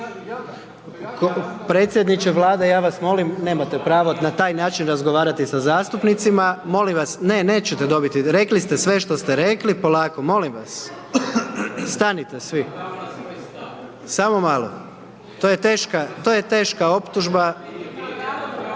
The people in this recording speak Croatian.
predsjedniče Vlade ja vas molim nemate pravo na taj način razgovarati sa zastupnicima, molim vas ne nećete dobiti rekli ste sve što ste rekli, polako, molim vas, stanite svi, samo malo. …/Upadica: